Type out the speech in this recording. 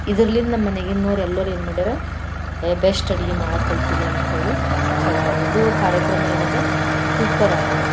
ಇದರ್ಲಿಂದ ನಮ್ಮನೆಗಿನ್ನೋರೆಲ್ಲರೂ ಏನು ಮಾಡ್ಯಾರ ಏ ಬೆಸ್ಟ್ ಅಡುಗೆ ಮಾಡೋಕ್ಕೆ ಕಲ್ತಿದೆ ಅಂಥೇಳಿ ಕಲ್ತಾರೆ ಅದು ಕಾರ್ಯಕ್ರಮ ಏನದಾ ಸೂಪರಾಗ್ಯದ